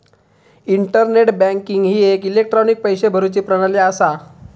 internet banking ही एक electronic पैशे भरुची प्रणाली असा